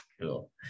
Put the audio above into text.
Cool